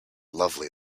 lovely